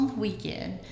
weekend